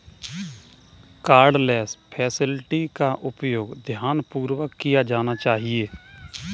cardless facility का उपयोग ध्यानपूर्वक किया जाना चाहिए